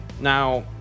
now